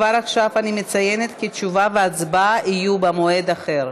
כבר עכשיו אני מציינת כי תשובה והצבעה יהיו במועד אחר.